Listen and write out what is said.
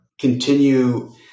continue